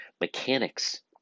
mechanics